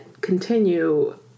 continue